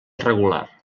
regular